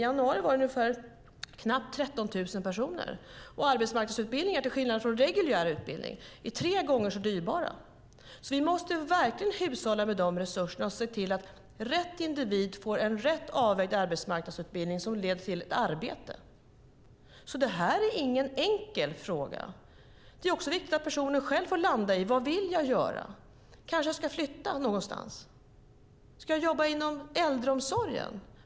I januari var det nästan 13 000 personer. Arbetsmarknadsutbildningar är, till skillnad från reguljära utbildningar, mycket dyra. De är tre gånger så dyra. Vi måste därför verkligen hushålla med de resurserna och se till att rätt individ får rätt avvägd arbetsmarknadsutbildning som leder till arbete. Det här är ingen enkel fråga. Det är dessutom viktigt att personen själv får landa i vad han eller hon vill göra. Ska jag kanske flytta någonstans? Ska jag jobba inom äldreomsorgen?